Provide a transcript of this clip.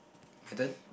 pattern